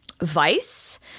Vice